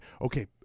okay